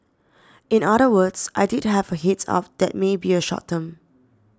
in other words I did have a heads up that may be a short term